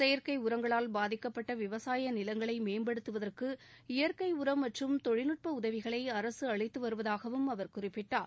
செயற்கை உரங்களால் பாதிக்கப்பட்ட விவசாய நிலங்களை மேம்படுத்துவதற்கு இயற்கை உரம் மற்றும் தொழில்நுட்ப உதவிகளை அரசு அளித்து வருவதாகவும் அவர் குறிப்பிட்டார்